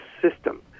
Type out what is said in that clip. system